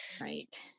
right